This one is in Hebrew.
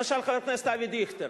למשל חבר הכנסת אבי דיכטר,